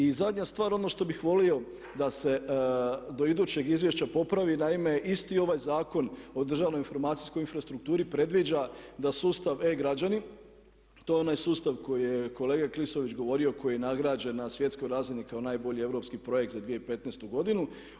I zadnja stvar, ono što bih volio da se do idućeg izvješća popravi, naime isti ovaj Zakon o državnoj informacijskoj infrastrukturi predviđa da sustav e-građani, to je onaj sustav koji je kolega Klisović govorio koji je nagrađen na svjetskoj razini kao najbolji europski projekt za 2015. godinu.